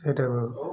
ସେଇଟା